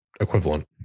equivalent